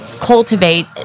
cultivate